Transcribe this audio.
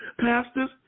Pastors